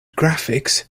graphics